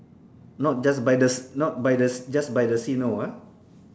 not just by the s~ not by the s~ just by the sea no ah